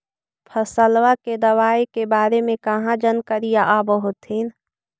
फसलबा के दबायें के बारे मे कहा जानकारीया आब होतीन?